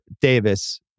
Davis